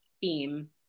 theme